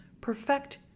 Perfect